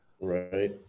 right